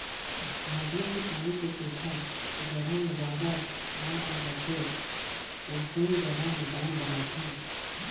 नदिया के पानी के सेथा ओ जघा मे जादा बाद आए जाथे वोइसने जघा में बांध बनाथे